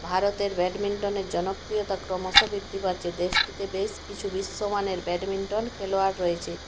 ভারতের ব্যাডমিন্টনের জনপ্রিয়তা ক্রমশ বৃদ্ধি পাচ্ছে দেশটিতে বেশ কিছু বিশ্বমানের ব্যাডমিন্টন খেলোয়ার রয়েছে